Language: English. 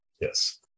Yes